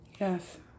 Yes